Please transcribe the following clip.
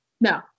No